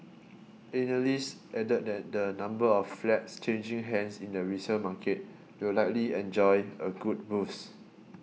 analysts added that the number of flats changing hands in the resale market will likely enjoy a good boost